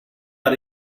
out